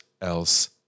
else